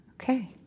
Okay